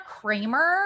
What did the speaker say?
Kramer